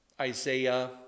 Isaiah